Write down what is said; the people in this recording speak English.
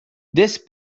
this